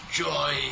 joy